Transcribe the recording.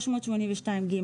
382(ג),